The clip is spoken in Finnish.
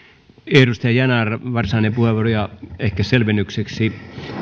edustaja yanar varsinainen puheenvuoro ehkä selvennykseksi